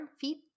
feet